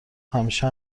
همیشه